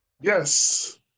Yes